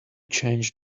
change